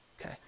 Okay